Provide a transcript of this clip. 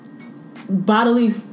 bodily